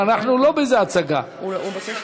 ואם יכולים להביא לך פתק, אין בעיה.